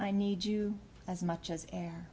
i need you as much as air